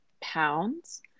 pounds